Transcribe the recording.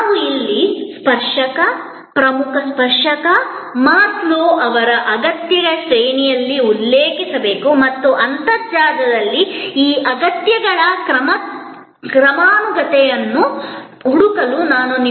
ನಾವು ಇಲ್ಲಿ ಸ್ಪರ್ಶಕ ಪ್ರಮುಖ ಸ್ಪರ್ಶಕ ಮಾಸ್ಲೊ ಅವರ ಅಗತ್ಯಗಳ ಶ್ರೇಣಿಯಲ್ಲಿ ಉಲ್ಲೇಖಿಸಬೇಕು ಮತ್ತು ಅಂತರ್ಜಾಲದಲ್ಲಿನ ಈ ಅಗತ್ಯಗಳ ಕ್ರಮಾನುಗತವನ್ನು ಹುಡುಕಲು ನಾನು ನಿಮ್ಮನ್ನು ವಿನಂತಿಸುತ್ತೇನೆ